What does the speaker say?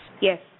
Yes